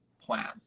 plan